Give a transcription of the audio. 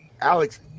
Alex